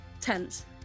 tense